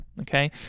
Okay